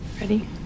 ready